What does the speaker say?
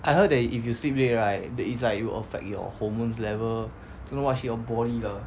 I heard that if you sleep late right then is like it will affect your hormones level don't know what shit your body lah